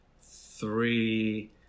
three